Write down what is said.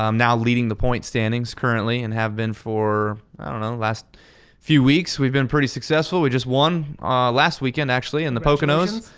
um now leading the point standings, currently. and have been for last few weeks. we've been pretty successful, we just won um last weekend actually in the poconos.